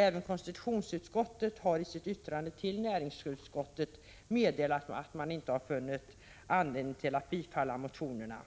Även konstitutionsutskottet har, i sitt yttrande till näringsutskottet, meddelat att man inte har funnit anledning att tillstyrka motionerna.